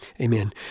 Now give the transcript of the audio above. Amen